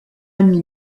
ami